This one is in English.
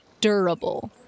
durable